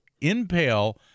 impale